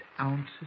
ounces